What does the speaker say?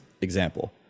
example